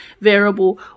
variable